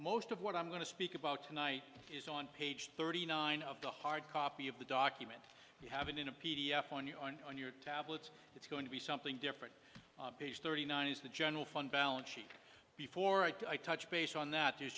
most of what i'm going to speak about tonight is on page thirty nine of the hard copy of the document you have it in a p d f on you on on your tablets it's going to be something different page thirty nine is the general fund balance sheet before i touch base on that